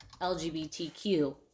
LGBTQ